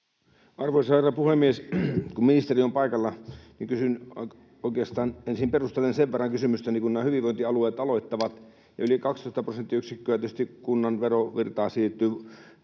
Arvoisa herra puhemies! Kun ministeri on paikalla, niin kysyn, ja oikeastaan ensin perustelen kysymystäni sen verran, että kun nämä hyvinvointialueet aloittavat ja yli 12 prosenttiyksikköä tietysti kunnan verovirtaa siirtyy